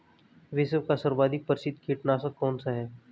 विश्व का सर्वाधिक प्रसिद्ध कीटनाशक कौन सा है?